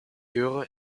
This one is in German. höre